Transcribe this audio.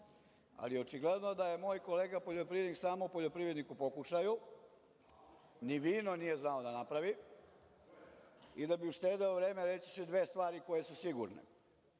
ali očigledno da je moj kolega poljoprivrednik samo poljoprivrednik u pokušaju. Ni vino nije znao da napravi i da bi uštedeo vreme, reći ću dve stvari koje su sigurne,